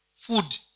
food